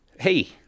Hey